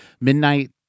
Midnight